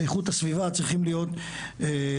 איכות הסביבה צריכים להיות ירודים.